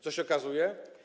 Co się okazuje?